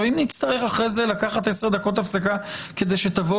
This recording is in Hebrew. אם נצטרך לקחת עשר דקות הפסקה כדי שתבוא